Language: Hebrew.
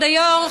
כבוד היו"ר,